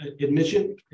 admission